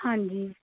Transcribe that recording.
ਹਾਂਜੀ